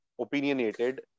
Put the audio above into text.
opinionated